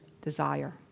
desire